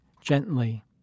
gently